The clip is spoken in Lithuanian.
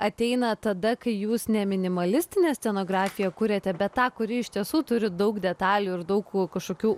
ateina tada kai jūs ne minimalistinę scenografiją kuriate bet tą kuri iš tiesų turi daug detalių ir daug kažkokių